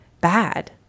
bad